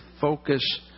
focus